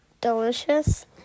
delicious